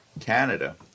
Canada